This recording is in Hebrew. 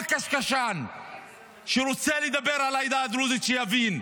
אז כל קשקשן שרוצה לדבר על העדה הדרוזית, שיבין: